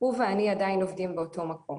הוא ואני עדיין עובדים באותו מקום.